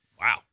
Wow